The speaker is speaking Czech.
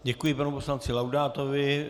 Děkuji panu poslanci Laudátovi.